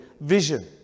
vision